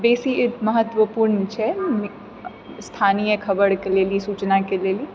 बेसी महत्वपूर्ण छै स्थानीय खबरिके लेल ई सूचनाके लेल ई